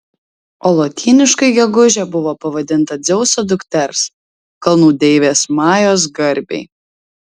o lotyniškai gegužė buvo pavadinta dzeuso dukters kalnų deivės majos garbei